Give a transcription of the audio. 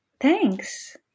Thanks